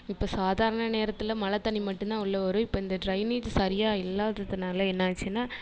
இப்போ சாதாரண நேரத்தில் மழை தண்ணி மட்டும் தான் உள்ள வரும் இப்போ இந்த ட்ரெயினேஜ் சரியாக இல்லாததுனால என்ன ஆகிருச்சினா